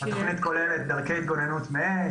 התוכנית כוללת דרכי התגוננות מאש,